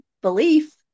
belief